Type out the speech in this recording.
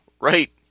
right